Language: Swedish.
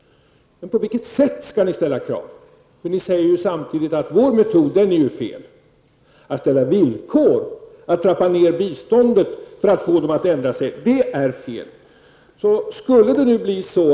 Men på vilket sätt skall ni ställa krav? Samtidigt säger ni att vår metod är fel. Det är fel att ställa villkor och att trappa ner biståndet för att få till stånd en ändring.